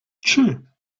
trzy